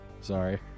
Sorry